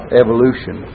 evolution